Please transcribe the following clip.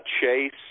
Chase